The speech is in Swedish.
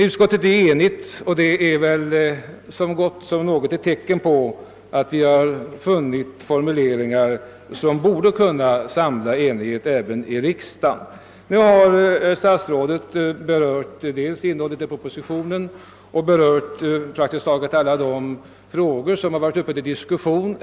Utskottet är i övrigt enigt, och det är väl om något ett tecken på att vi har funnit formuleringar som borde kunna medföra enhet även i kamrarna. Socialministern har här redogjort för innehållet i propositionen och för praktiskt taget alla frågor som varit uppe till diskussion.